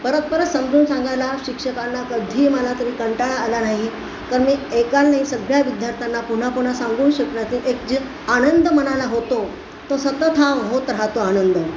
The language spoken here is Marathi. परत परत समजून सांगायला शिक्षकांना कधीही मला तरी कंटाळा आला नाही तर मी एका नाही सगळ्या विद्यार्थ्यांना पुन्हा पुन्हा समजू शकण्यातील एक जे आनंद मनाला होतो तो सतत हा होत राहतो आनंद